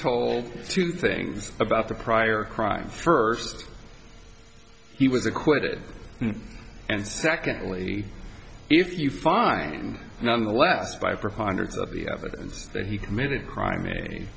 two things about the prior crime first he was acquitted and secondly if you find nonetheless by a preponderance of the evidence that he committed a crime m